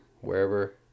wherever